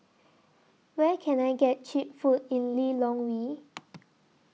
Where Can I get Cheap Food in Lilongwe